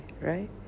Right